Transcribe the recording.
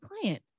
client